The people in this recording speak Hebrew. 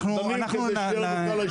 רק מדברים כדי שיהיה לנו קל לישיבה הבאה.